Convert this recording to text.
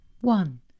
One